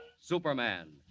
Superman